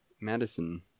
Madison